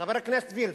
חברת הכנסת וילף,